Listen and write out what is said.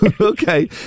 Okay